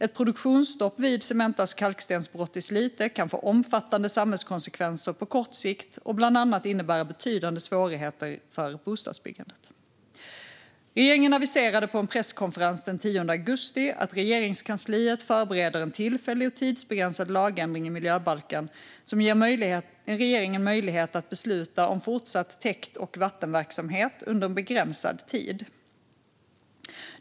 Ett produktionsstopp vid Cementas kalkstensbrott i Slite kan få omfattande samhällskonsekvenser på kort sikt och bland annat innebära betydande svårigheter för bostadsbyggandet. Regeringen aviserade på en presskonferens den 10 augusti att Regeringskansliet förbereder en tillfällig och tidsbegränsad lagändring i miljöbalken som ger regeringen möjlighet att besluta om fortsatt täkt och vattenverksamhet under en begränsad tid.